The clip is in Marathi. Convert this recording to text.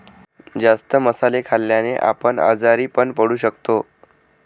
जास्त मसाले खाल्ल्याने आपण आजारी पण पडू शकतो